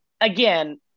again